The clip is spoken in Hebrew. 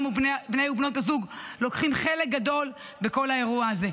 גם בני ובנות הזוג לוקחים חלק גדול בכל האירוע הזה.